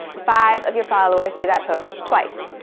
five of your followers see that post twice.